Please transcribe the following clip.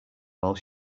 while